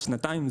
שנתיים?